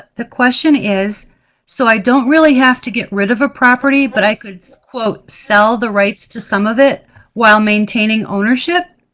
the question is so, i don't really have to get rid of a property, but i could so could sell the rights to some of it while maintaining ownership?